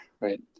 right